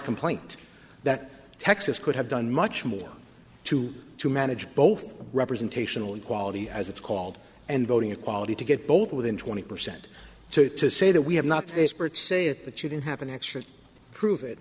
complaint that texas could have done much more to to manage both representational equality as it's called and voting equality to get both within twenty percent to say that we have not say it that you don't have an extra to prove